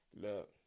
look